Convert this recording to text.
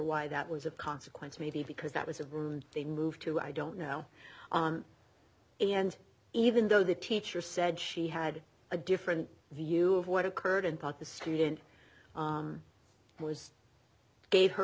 why that was a consequence maybe because that was that they moved to i don't know and even though the teacher said she had a different view of what occurred and the student was gave her